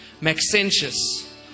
Maxentius